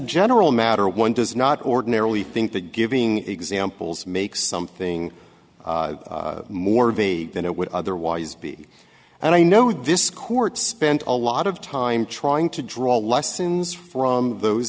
general matter one does not ordinarily think that giving examples makes something more vague than it would otherwise be and i know this court spent a lot of time trying to draw lessons from those